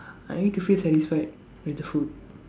I need to feel satisfied with the food